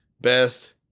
best